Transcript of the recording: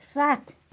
سَتھ